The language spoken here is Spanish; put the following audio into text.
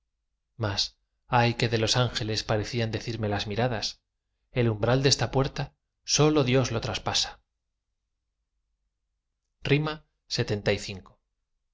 mas ay que de los ángeles parecían decirme las miradas el umbral de esta puerta sólo dios lo traspasa